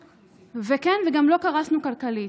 כן, וגם לא קרסנו כלכלית.